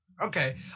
Okay